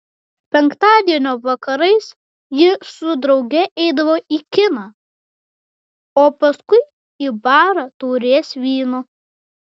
penktadienio vakarais ji su drauge eidavo į kiną o paskui į barą taurės vyno